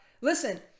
Listen